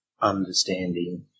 understanding